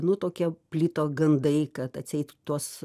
nu tokie plito gandai kad atseit tuos